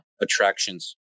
attractions